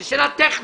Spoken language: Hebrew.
זאת שאלה טכנית.